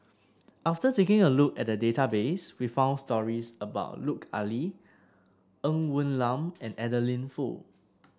after taking a look at the database we found stories about Lut Ali Ng Woon Lam and Adeline Foo